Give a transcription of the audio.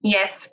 Yes